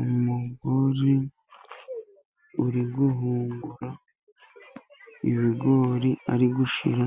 Umugore uri guhungura ibigori, ari gushyira